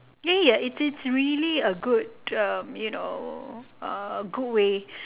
ya ya its its really a good um you know uh a good way